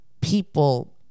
people